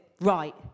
Right